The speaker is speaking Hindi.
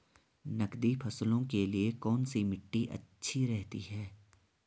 नकदी फसलों के लिए कौन सी मिट्टी अच्छी रहती है?